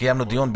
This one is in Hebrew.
קיימנו דיון.